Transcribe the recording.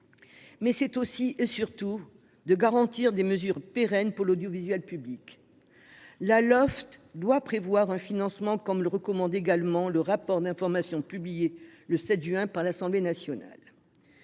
mais ce serait aussi et surtout de garantir des mesures pérennes pour l'audiovisuel public. La Lolf doit prévoir un financement, comme le recommandent également les auteurs du rapport d'information publié le 7 juin dernier par l'Assemblée nationale.